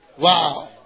Wow